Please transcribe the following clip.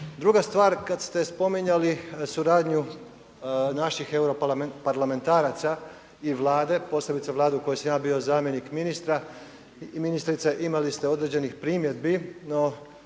Druga stvar, kada ste spominjali suradnju naših europarlamentaraca i Vlade, posebice Vlade u kojoj sam ja bio zamjenik ministra i ministrice, imali ste određenih primjedbi,